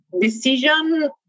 decision